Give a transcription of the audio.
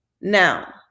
now